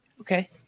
Okay